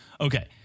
okay